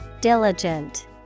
Diligent